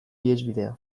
ihesbidea